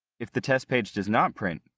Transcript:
if the test page does not print,